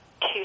two